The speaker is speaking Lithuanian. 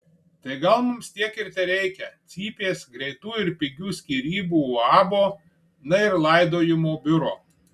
tai gal mums tiek ir tereikia cypės greitų ir pigių skyrybų uabo na ir laidojimo biuro